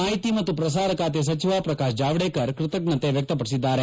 ಮಾಹಿತಿ ಮತ್ತು ಪ್ರಸಾರ ಖಾತೆ ಸಚಿವ ಪ್ರಕಾಶ್ ಜಾವಡೇಕರ್ ಕೃತಜ್ಞತೆ ವ್ಯಕ್ತಪಡಿಸಿದ್ದಾರೆ